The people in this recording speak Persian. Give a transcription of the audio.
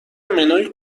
منوی